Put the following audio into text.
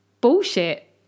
bullshit